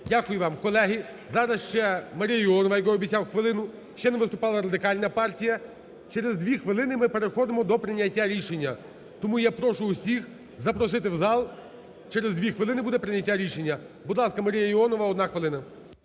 Дякую вам. Колеги, зараз ще Марія Іонова, якій я обіцяв хвилину. Ще не виступала Радикальна партія. Через 2 хвилини ми переходимо до прийняття рішення, тому я прошу всіх запросити в зал, через 2 хвилини буде прийняття рішення. Будь ласка, Марія Іонова, 1 хвилина.